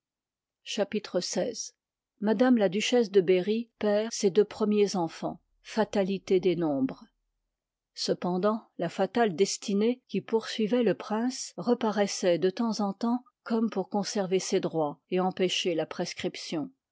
chapitre xvi m la duchesse de berry perd ses deux premiers enfans fatalité des nombres cependant la fatale destinée quipoursuivoit le prince reparoissoit de temps en temps comme pour conserver ses droits et empêcher la prescription